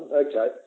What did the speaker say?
okay